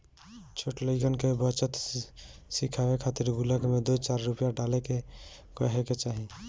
छोट लइकन के बचत सिखावे खातिर गुल्लक में दू चार रूपया डाले के कहे के चाही